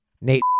Nate